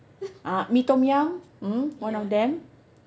uh mee tom yum mm one of them